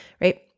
right